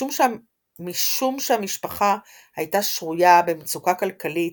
משום שהמשפחה הייתה שרויה במצוקה כלכלית,